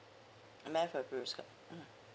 math will mm